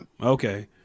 Okay